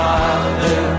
Father